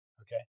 okay